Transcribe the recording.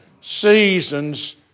Seasons